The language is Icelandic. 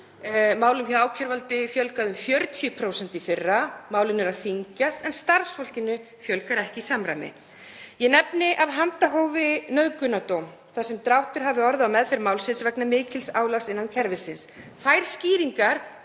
málum hjá ákæruvaldi fjölgaði um 40% í fyrra, málin eru að þyngjast, en starfsfólkinu fjölgar ekki í samræmi við það. Ég nefni af handahófi nauðgunardóm þar sem dráttur hafði orðið á meðferð málsins vegna mikils álags innan kerfisins.